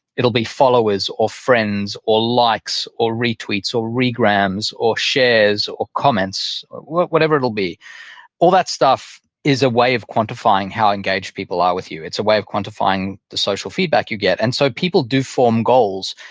it'll be followers, or friends, or likes, or retweets, or regrams, or shares, or comments, whatever it'll be all that stuff is a way of quantifying how engaged people are with you. it's a way of quantifying the social feedback you get, and so people do form goals.